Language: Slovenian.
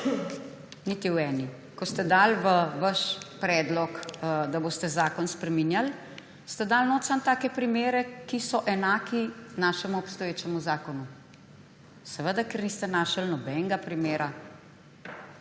Niti v eni. Ko ste dali v vaš predlog, da boste zakon spreminjali, ste dali notri samo take primere, ki so enaki našemu obstoječemu zakonu. Seveda, ker niste našli nobenega primera,